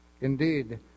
Indeed